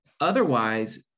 otherwise